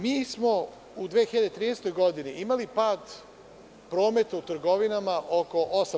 Mi smo u 2013. godini imali pad prometa u trgovinama oko 8%